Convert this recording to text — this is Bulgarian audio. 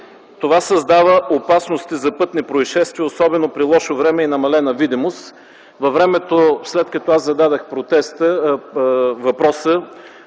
Това създава опасности за пътни произшествия, особено при лошо време и намалена видимост. Във времето, след като аз зададох въпроса,